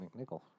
McNichol